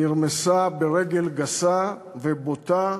נרמסה ברגל גסה ובוטה.